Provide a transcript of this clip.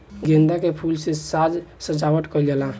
गेंदा के फूल से साज सज्जावट कईल जाला